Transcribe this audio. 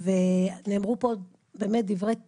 ואמרו פה באמת דברי טעם.